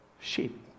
sheep